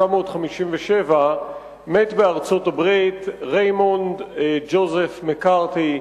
מת בארצות-הברית ריימונד ג'וזף מקארתי,